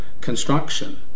construction